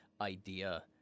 idea